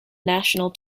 national